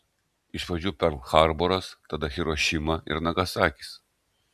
iš pradžių perl harboras tada hirošima ir nagasakis